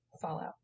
Fallout